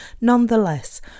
Nonetheless